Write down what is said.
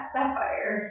Sapphire